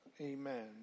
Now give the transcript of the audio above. amen